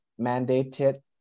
mandated